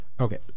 Okay